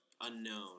Unknown